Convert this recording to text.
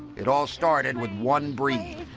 it all started with one breed.